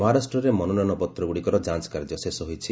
ମହାରାଷ୍ଟ୍ରରେ ମନୋନୟନ ପତ୍ରଗ୍ରଡ଼ିକର ଯାଞ୍ଚକାର୍ଯ୍ୟ ଶେଷ ହୋଇଛି